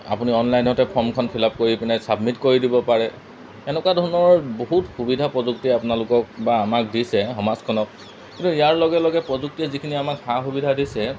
আপুনি অনলাইনতে ফৰ্মখন ফিলাপ কৰি পিনে চাবমিট কৰি দিব পাৰে এনেকুৱা ধৰণৰ বহুত সুবিধা প্ৰযুক্তি আপোনালোকক বা আমাক দিছে সমাজখনক কিন্তু ইয়াৰ লগে লগে প্ৰযুক্তিয়ে যিখিনি আমাক সা সুবিধা দিছে